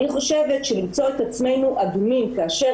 אני חושבת שלמצוא את עצמנו אדומים כאשר